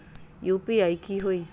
UPI की होई?